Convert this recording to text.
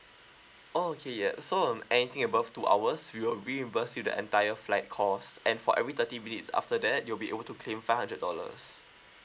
oh okay yeah so um anything above two hours we will reimburse you the entire flight cost and for every thirty minutes after that you'll be able to claim five hundred dollars